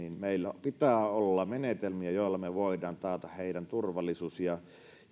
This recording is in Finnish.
meillä pitää olla menetelmiä joilla me voimme taata heidän turvallisuutensa